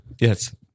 Yes